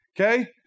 okay